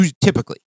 typically